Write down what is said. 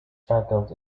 struggled